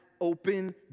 open